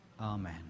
Amen